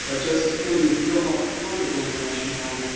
ah justice kennedy, if you don't like the contraband rationale,